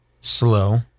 slow